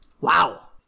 Wow